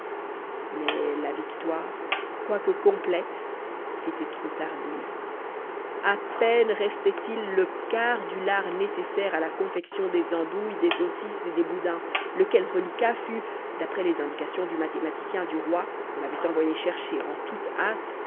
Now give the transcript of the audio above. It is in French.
mais la victoire quoique complète était trop tardive à peine restait-il le quart du lard nécessaire à la confection des andouilles des saucisses et des boudins lequel reliquat fut d'après les indications du mathématicien du roi qu'on avait envoyé chercher en toute hâte